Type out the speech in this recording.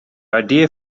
idea